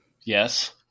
Yes